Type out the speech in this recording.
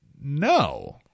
no